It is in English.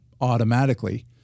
automatically